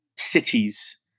cities